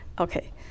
Okay